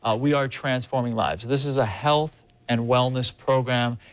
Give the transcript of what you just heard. ah we're transforming lives. this is a health and wellness program.